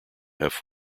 have